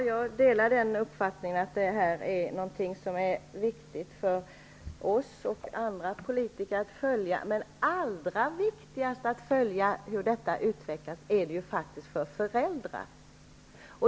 Herr talman! Jag delar uppfattningen att detta är någonting som är viktigt för oss och andra politiker att följa. Men allra viktigast är det för föräldrar att följa hur detta utvecklas.